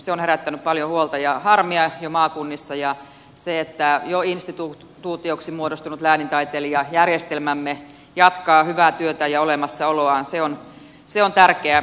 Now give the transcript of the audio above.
se on herättänyt paljon huolta ja harmia jo maakunnissa ja se että jo instituutioksi muodostunut läänintaiteilijajärjestelmämme jatkaa hyvää työtä ja olemassaoloaan on tärkeä asia